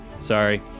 Sorry